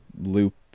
loop